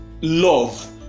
love